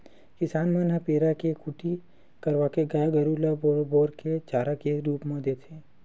किसान मन ह पेरा के कुटी करवाके गाय गरु ल बोर बोर के चारा के रुप म देथे